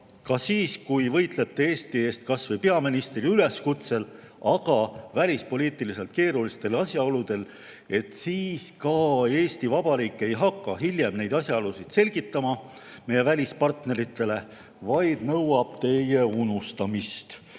ka siis, kui võitlete Eesti eest kas või peaministri üleskutsel, aga välispoliitiliselt keerulistel asjaoludel, ei hakka Eesti Vabariik hiljem neid asjaolusid meie välispartneritele selgitama, vaid nõuab teie unustamist?